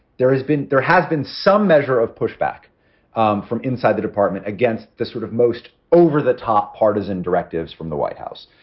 there has been there has been some measure of pushback um from inside the department against the sort of most over-the-top partisan directives from the white house.